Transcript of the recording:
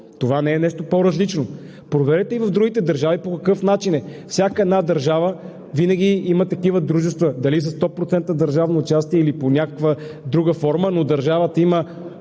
Това не е нещо по-различно. Проверете и в другите държави по какъв начин е. Всяка една държава винаги има такива дружества – дали са 100% държавно участие, или под някаква друга форма, но държавата има